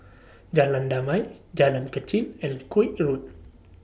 Jalan Damai Jalan Kechil and Koek Road